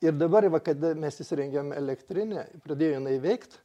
ir dabar va kada mes įsirengėm elektrinę pradėjo jinai veikt